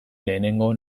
lehenengo